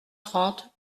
trente